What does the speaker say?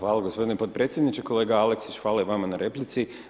Hvala g. potpredsjedniče, kolega Aleksić, hvala i vama na replici.